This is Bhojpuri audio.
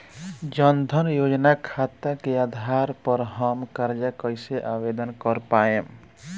जन धन योजना खाता के आधार पर हम कर्जा कईसे आवेदन कर पाएम?